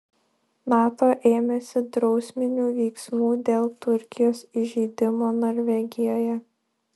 nato ėmėsi drausminių veiksmų dėl turkijos įžeidimo norvegijoje